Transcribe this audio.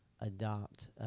adopt